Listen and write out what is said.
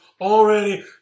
already